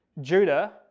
Judah